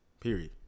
period